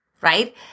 right